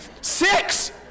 Six